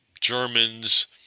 Germans